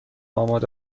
آماده